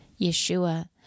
Yeshua